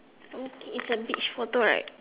okay it's a beach photo right